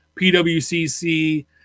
Pwcc